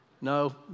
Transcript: No